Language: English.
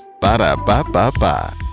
Ba-da-ba-ba-ba